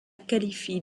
qualifient